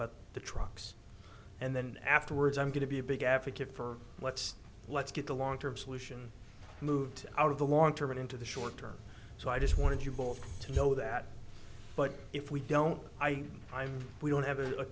but the trucks and then afterwards i'm going to be a big advocate for what's let's get the long term solution moved out of the long term and into the short term so i just want you both to know that but if we don't i mean we don't have a